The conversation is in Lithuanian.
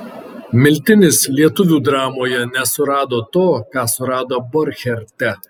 miltinis lietuvių dramoje nesurado to ką surado borcherte